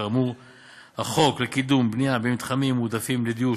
החוק לקידום בנייה במתחמים מועדפים לדיור,